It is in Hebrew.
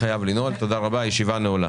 תודה רבה, הישיבה נעולה.